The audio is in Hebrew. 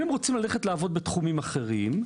אם הם רוצים ללכת לעבוד בתחומים אחרים,